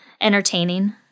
entertaining